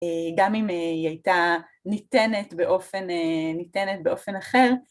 גם אם היא הייתה ניתנת באופן אחר.